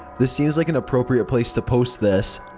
this seems like an appropriate place to post this.